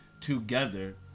together